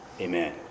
Amen